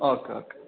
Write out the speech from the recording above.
okay okay